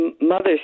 mother